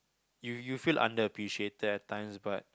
you you feel unappreciated at times but